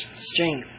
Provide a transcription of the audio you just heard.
strength